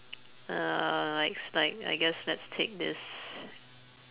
uh likes like I guess let's take this